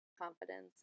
confidence